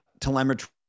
telemetry